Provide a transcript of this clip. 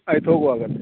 ಆಯ್ತು ಹೋಗುವ ಹಾಗಾದ್ರೆ